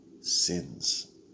sins